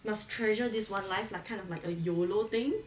must treasure this one life like kind of like a yolo thing